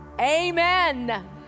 Amen